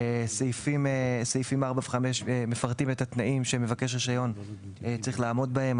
סעיפים 4 ו-5 מפרטים את התנאים שמבקש רישיון צריך לעמוד בהם.